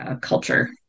culture